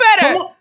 better